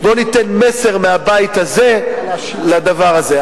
בואו ניתן מסר מהבית הזה לדבר הזה.